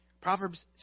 Proverbs